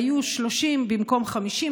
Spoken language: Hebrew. היו 30 במקום 50,